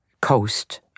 coast